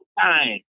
time